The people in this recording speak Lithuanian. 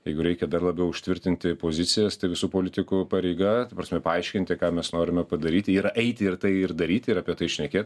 jeigu reikia dar labiau užtvirtinti pozicijas tai visų politikų pareiga ta prasme paaiškinti ką mes norime padaryti yra eiti ir tai ir daryti ir apie tai šnekėt